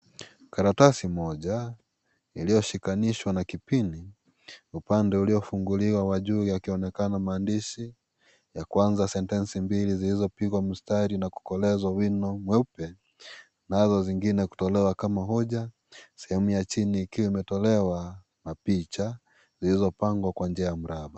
Karatasi moja iliyoshikanishwa na kipindi upande uliofunguliwa wa juu yakionekana maandishi. Ya kwanza sentensi mbili zilizopigwa mstari na kukolezwa wino mweupe nazo zingine kutolewa kama hoja sehemu ya chini ikiwa imetolewa na picha zilizopangwa kwa njia ya mraba.